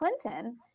Clinton